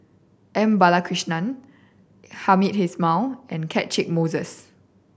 M Balakrishnan Hamed Ismail and Catchick Moses